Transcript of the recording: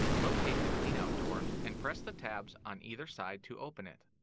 locate the cleanout door and press the tabs on either side to open it.